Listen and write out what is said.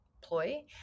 ploy